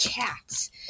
cats